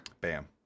Bam